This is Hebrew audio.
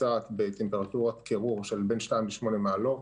מבוצעת בטמפרטורת קירור של בין 8-2 מעלות.